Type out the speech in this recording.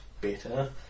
better